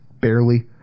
barely